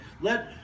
Let